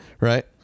Right